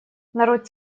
народ